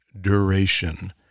duration